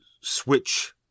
switch